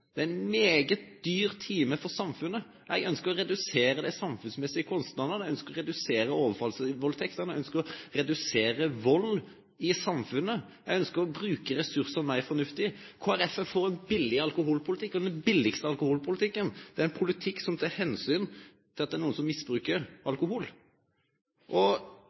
time – en meget dyr time for samfunnet. Jeg ønsker å redusere de samfunnsmessige kostnadene, jeg ønsker å redusere overfallsvoldtektene, jeg ønsker å redusere vold i samfunnet, og jeg ønsker å bruke ressursene mer fornuftig. Kristelig Folkeparti er for en billig alkoholpolitikk, og den billigste alkoholpolitikken er en politikk som tar hensyn til at det er noen som misbruker alkohol.